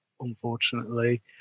unfortunately